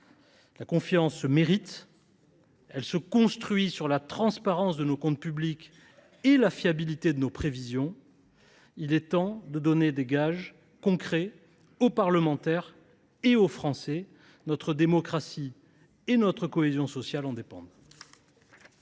La confiance se mérite ; elle se construit sur la transparence de nos comptes publics et la fiabilité de nos prévisions. Il est temps de donner des gages concrets aux parlementaires et aux Français. Notre démocratie et notre cohésion sociale en dépendent.